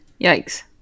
Yikes